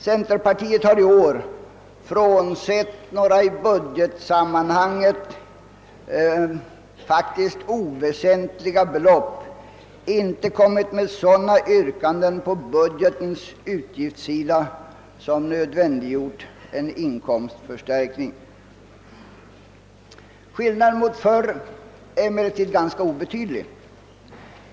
Centerpartiet har i år — frånsett några i budgetsammanhanget oväsentliga belopp — inte kommit med sådana yrkanden på budgetens utgiftssida som nödvändiggjort en inkomstförstärkning. Skillnaden mot förr är emellertid ganska obetydlig.